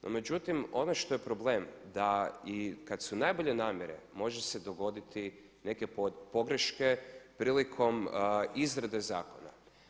No međutim, ono što je problem da i kad su najbolje namjere može se dogoditi neke pogreške prilikom izrade zakona.